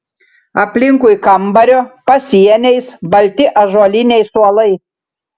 aplinkui kambario pasieniais balti ąžuoliniai suolai